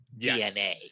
DNA